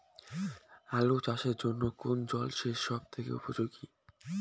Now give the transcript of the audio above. আলু চাষের জন্য কোন জল সেচ সব থেকে উপযোগী?